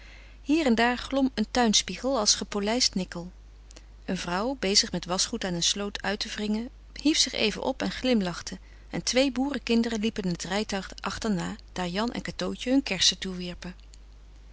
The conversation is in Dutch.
hier en daar glom een tuinspiegel als gepolijst nikkel een vrouw bezig met waschgoed aan een sloot uit te wringen hief zich even op en glimlachte en twee boerenkinderen liepen het rijtuig achterna daar jan en cateautje hun kersen